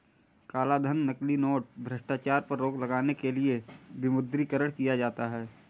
कालाधन, नकली नोट, भ्रष्टाचार पर रोक लगाने के लिए विमुद्रीकरण किया जाता है